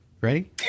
Ready